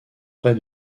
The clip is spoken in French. près